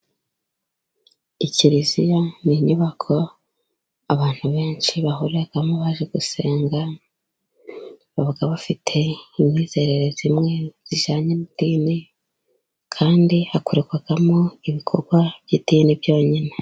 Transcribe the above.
Ikiliziya ni inyubako abantu benshi bahuriramo baje gusenga, baba bafite imyizerere imwe ijyanye n'idini, kandi hakorerwamo ibikorwa by'idini byonyine.